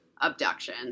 abduction